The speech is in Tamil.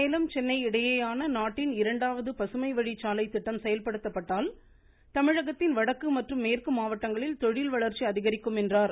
சேலம் சென்னை இடையேயான நாட்டின் இரண்டாவது பசுமை வழிச் சாலை திட்டம் செயல்படுத்தப்பட்டால் தமிழகத்தின் வடக்கு மற்றும் மேற்கு மாவட்டங்களில் தொழில் வளர்ச்சி அதிகரிக்கும் என்றார்